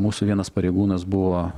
mūsų vienas pareigūnas buvo